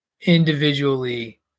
individually